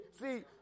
see